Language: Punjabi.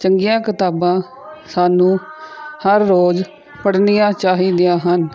ਚੰਗੀਆਂ ਕਿਤਾਬਾਂ ਸਾਨੂੰ ਹਰ ਰੋਜ਼ ਪੜ੍ਹਨੀਆਂ ਚਾਹੀਦੀਆਂ ਹਨ